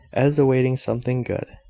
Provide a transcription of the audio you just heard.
as awaiting something good.